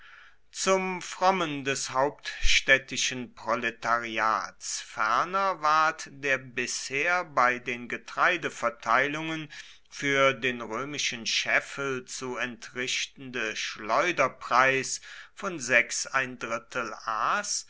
zum frommen des hauptstädtischen proletariats ferner ward der bisher bei den getreideverteilungen für den römischen scheffel zu entrichtende schleuderpreis von